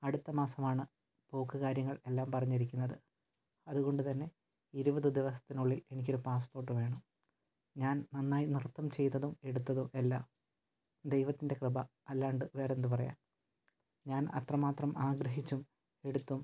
അടുത്ത മാസമാണ് പോക്ക് കാര്യങ്ങൾ എല്ലാം പറഞ്ഞിരിക്കുന്നത് അതുകൊണ്ട് തന്നെ ഇരുപത് ദിവസത്തിനുള്ളിൽ എനിക്ക് പാസ്പോർട്ട് വേണം ഞാൻ നന്നായി നൃത്തം ചെയ്തതും എടുത്തതും എല്ലാം ദൈവത്തിൻ്റെ കൃപ അല്ലാണ്ട് വേറെന്ത് പറയാൻ ഞാൻ അത്രമാത്രം ആഗ്രഹിച്ചും എടുത്തും